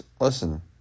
listen